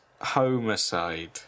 homicide